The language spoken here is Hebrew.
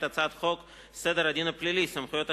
הצעת חוק סדר הדין הפלילי (סמכויות אכיפה,